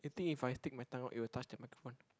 you think if I stick my tongue out it will touch the microphone